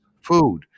food